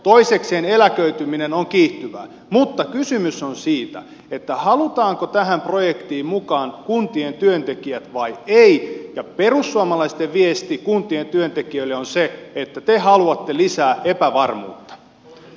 toisekseen eläköityminen on kiihtyvää mutta kysymys on siitä halutaanko tähän projektiin mukaan kuntien työntekijät vai ei ja perussuomalaisten viesti kuntien työntekijöille on se että te haluatte lisää epävarmuutta